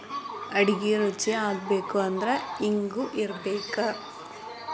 ಅಡಿಗಿ ರುಚಿಯಾಗಬೇಕು ಅಂದ್ರ ಇಂಗು ಬೇಕಬೇಕ